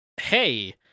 Hey